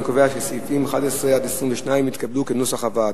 אני קובע שסעיפים 11 22 נתקבלו כנוסח הוועדה.